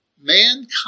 mankind